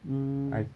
mm